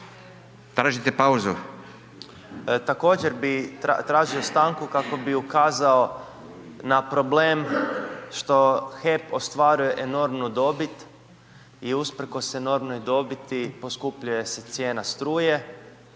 (Živi zid)** Također bih tražio stanku kako bih ukazao na problem što HEP ostvaruje enormnu dobit i usprkos enormnoj dobiti poskupljuje se cijena struje